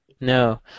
No